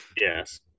Yes